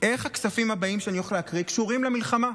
איך הכספים הבאים שאני הולך להקריא קשורים למלחמה?